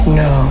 no